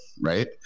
Right